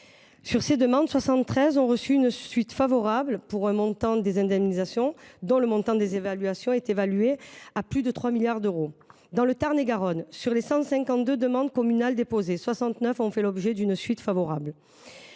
Sur ces demandes, 6 313 ont reçu une suite favorable pour un montant d’indemnisation évalué à plus de 3 milliards d’euros. Dans le Tarn-et-Garonne, sur les 152 demandes communales déposées, 69 ont fait l’objet d’une suite favorable.